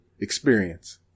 experience